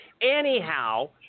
Anyhow